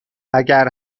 اگر